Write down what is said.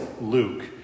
Luke